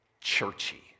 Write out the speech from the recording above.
churchy